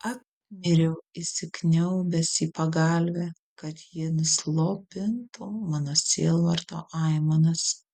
apmiriau įsikniaubęs į pagalvę kad ji nuslopintų mano sielvarto aimanas